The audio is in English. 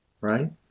Right